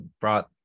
brought